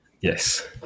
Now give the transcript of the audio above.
Yes